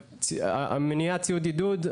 מניעת ציוד עידוד,